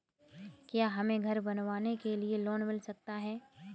क्या हमें घर बनवाने के लिए लोन मिल सकता है?